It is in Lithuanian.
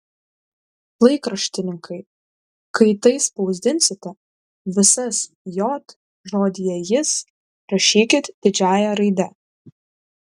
laikraštininkai kai tai spausdinsite visas j žodyje jis rašykit didžiąja raide